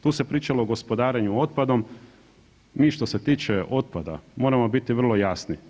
Tu se pričalo o gospodarenju otpadom, mi što se tiče otpada moramo biti vrlo jasni.